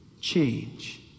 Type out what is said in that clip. change